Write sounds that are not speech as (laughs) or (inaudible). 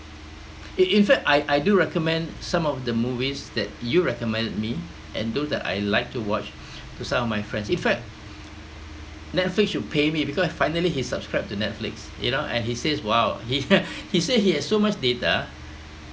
in fact I I do recommend some of the movies that you recommended me and those that I like to watch to some of my friends in fact netflix should pay me because finally he subscribe to netflix you know and he says !wow! he (laughs) he say he has so much data